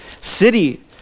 city